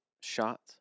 shots